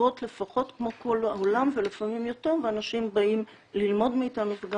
טובות לפחות כמו כל העולם ולפעמים יותר ואנשים באים ללמוד מאיתנו וגם